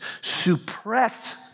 suppress